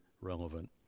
relevant